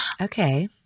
Okay